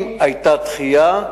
אם היתה דחייה,